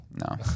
No